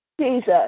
Jesus